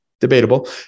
debatable